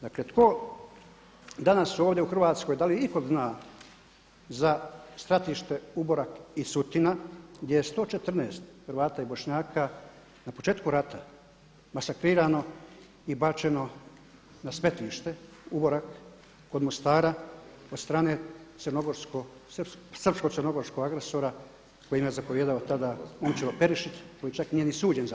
Dakle, tko danas ovdje u Hrvatskoj, da li itko zna za stratište Uborak i Sutina gdje je 114 Hrvata i Bošnjaka na početku rata masakrirano i bačeno na smetlište Uborak kod Mostara od strane srpsko-crnogorskog agresora kojim je zapovijedao tada Momčilo Perišić koji čak nije ni suđen za to.